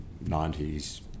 Nineties